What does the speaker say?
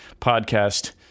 podcast